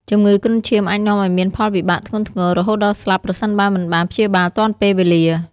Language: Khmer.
ជំងឺគ្រុនឈាមអាចនាំឱ្យមានផលវិបាកធ្ងន់ធ្ងរ រហូតដល់ស្លាប់ប្រសិនបើមិនបានព្យាបាលទាន់ពេលវេលា។